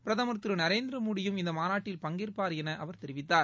பிரதமர் திரு நரேந்திரமோடியும் இந்த மாநாட்டில் பங்கேற்பார் என அவர் தெரிவித்தார்